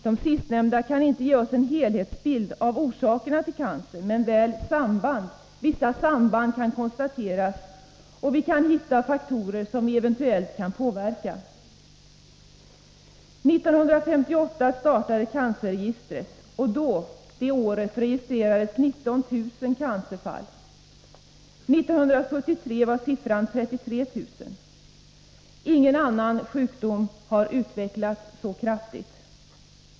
De sistnämnda kan inte ge oss en helhetsbild av orsakerna till cancersjukdomar men väl peka på vissa samband, och vi kan hitta faktorer som vi eventuellt kan påverka. År 1958 startades cancerregistret, och det året registrerades 19 000 cancerfall. År 1973 var siffran 33 000. Ingen annan sjukdom har utvecklats så kraftigt.